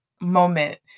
moment